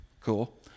cool